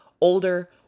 older